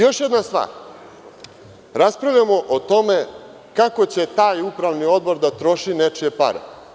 Još jedna stvar, raspravljamo o tome kako će taj upravni odbor da troši nečije pare.